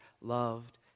loved